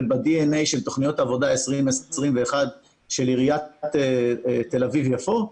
בדי.אן.איי של תוכניות העבודה 2021 של עיריית תל אביב-יפו.